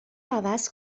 عوض